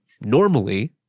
Normally